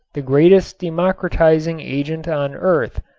the greatest democratizing agent on earth,